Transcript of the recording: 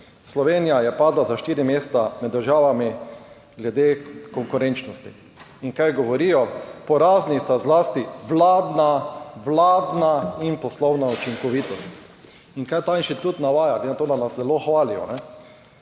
Slovenija je padla za štiri mesta med državami glede konkurenčnosti. In kaj govorijo? Porazni sta zlasti vladna in poslovna učinkovitost. In kaj ta inštitut navaja, glede na to, da nas zelo hvalijo?